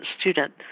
student